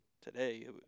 today